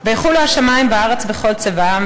"ויכלו השמים והארץ וכל צבאם,